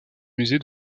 musée